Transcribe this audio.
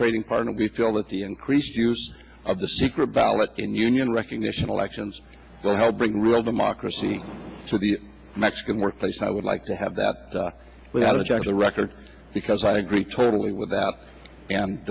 trading partner b feel that the increased use of the secret ballot in union recognition elections will help bring real democracy to the mexican workplace i would like to have that without a check the record because i agree totally with out and